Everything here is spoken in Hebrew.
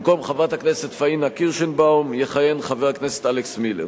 במקום חברת הכנסת פניה קירשנבאום יכהן חבר הכנסת אלכס מילר.